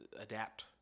adapt